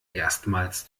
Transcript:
erstmals